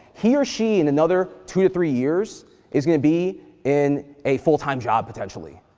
he or she in another two to three years is going to be in a full-time job, potentially.